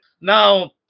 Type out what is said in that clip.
Now